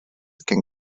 can